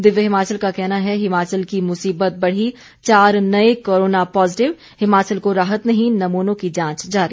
दिव्य हिमाचल का कहना है हिमाचल की मुसीबत बढ़ी चार नए कोरोना पॉजेटिव हिमाचल को राहत नहीं नमूनों की जांच जारी